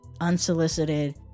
unsolicited